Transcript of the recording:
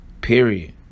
period